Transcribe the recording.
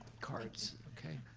cards, okay.